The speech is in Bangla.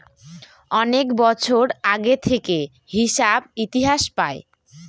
অনেক বছর আগে থেকে হিসাব ইতিহাস পায়